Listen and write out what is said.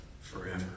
Forever